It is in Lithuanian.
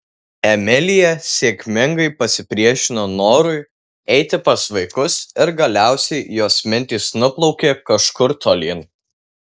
emilija sėkmingai pasipriešino norui eiti pas vaikus ir galiausiai jos mintys nuplaukė kažkur tolyn